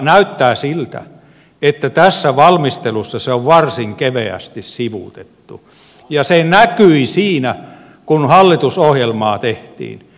näyttää siltä että tässä valmistelussa se on varsin keveästi sivuutettu ja se näkyi siinä kun hallitusohjelmaa tehtiin